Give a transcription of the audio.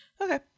okay